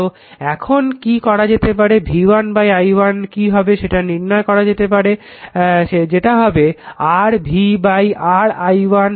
তো এখন কি করা যেতে পারে v i1 কি হবে সেটা নির্ণয় করা যেতে পারে যেটা হবে r v r i1